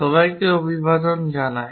সবাইকে অভিবাদন জানাই